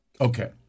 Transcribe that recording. Okay